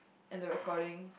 and the recording